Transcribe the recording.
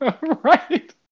Right